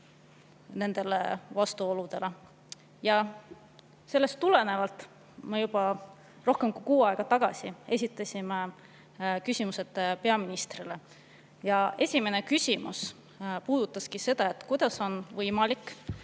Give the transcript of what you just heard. nendele vastuoludele. Sellest tulenevalt me juba rohkem kui kuu aega tagasi esitasime küsimused peaministrile. Esimene küsimus puudutas seda, kuidas on võimalik,